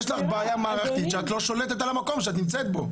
יש לך בעיה מערכתית שאת לא שולטת על המקום שאת נמצאת פה.